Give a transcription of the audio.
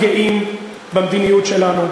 אנחנו גאים במדיניות שלנו,